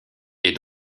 est